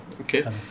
okay